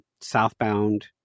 southbound